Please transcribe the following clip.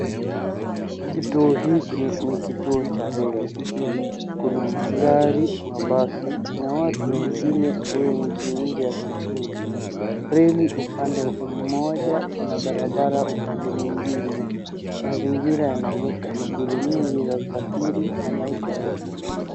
Kituo hiki ni kituo ch reli. Kuna magari, mabasi na watu wengine wengi nje ya kituo. Reli upande mmoja na barabara upande mwingine. Mazingira yanaonyesha shughuli nyingi za usafiri na maisha ya jijini.